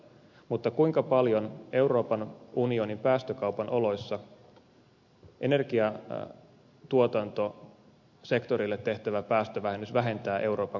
mutta kuinka paljon euroopan unionin päästökaupan oloissa energiatuotantosektorille tehtävä päästövähennys vähentää euroopan kokonaispäästöjä